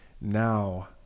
now